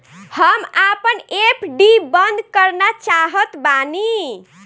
हम आपन एफ.डी बंद करना चाहत बानी